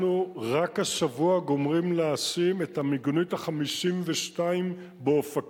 אנחנו רק השבוע גומרים לשים את המיגונית ה-52 באופקים.